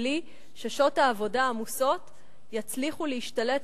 ולא ששעות העבודה העמוסות יצליחו להשתלט